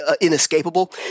inescapable